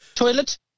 Toilet